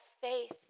faith